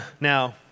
Now